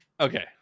okay